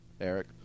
Eric